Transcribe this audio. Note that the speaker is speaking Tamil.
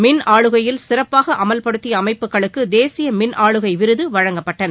மின் ஆளுகையில் சிறப்பாக அமல்படுத்திய அமைப்புகளுக்கு தேசிய மின் ஆளுகை விருது வழங்கப்பட்டன